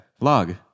log